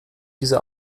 diese